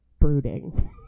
brooding